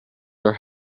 are